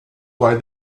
why